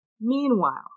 meanwhile